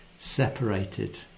Separated